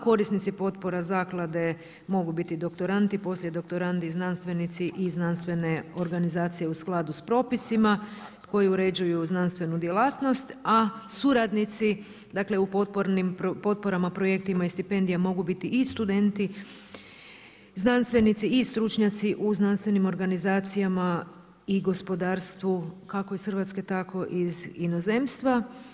Korisnici potpora zaklade mogu biti doktorandi, poslije doktorandi znanstvenici i znanstvene organizacije u skladu sa propisima koji uređuju znanstvenu djelatnost, a suradnici u potporama, projektima i stipendija mogu biti i studenti znanstvenici i stručnjaci u znanstvenim organizacijama i gospodarstvu kako iz Hrvatske tako i iz inozemstva.